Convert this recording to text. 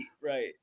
Right